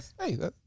Hey